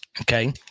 Okay